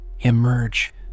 Emerge